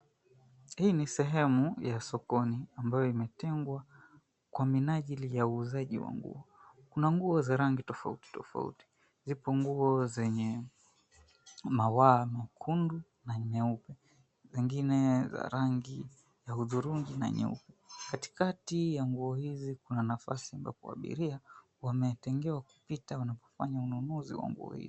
Hii ni sehemu ya sokoni ambayo imetengwa kwa minajili ya uuzaji wa nguo. Kuna nguo za rangi tofautitofauti. Zipo nguo zenye maua mekundu na nyeupe; zingine za rangi ya hudhurungi na nyeupe. Katikati ya nguo hizi kuna nafasi ambapo abiria wametengewa kupita wanapofanya ununuzi wa nguo hizi.